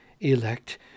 elect